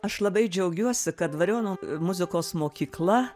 aš labai džiaugiuosi kad dvariono muzikos mokykla